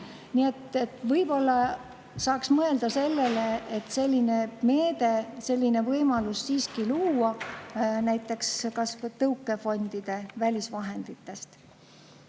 võib-olla saaks mõelda sellele, et selline meede, selline võimalus siiski luua, näiteks kas või tõukefondide välisvahenditest.